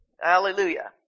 Hallelujah